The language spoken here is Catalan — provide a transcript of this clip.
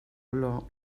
olor